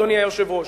אדוני היושב-ראש,